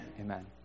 Amen